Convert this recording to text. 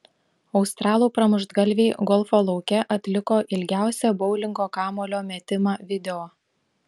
australų pramuštgalviai golfo lauke atliko ilgiausią boulingo kamuolio metimą video